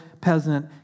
peasant